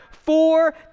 Four